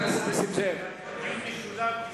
נעשה דיון משולב.